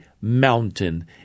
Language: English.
mountain